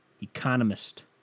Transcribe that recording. Economist